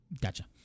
Gotcha